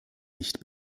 nicht